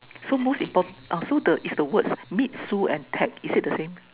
so most important uh so is the word meet so and tag is it the same